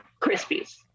Krispies